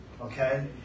Okay